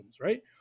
right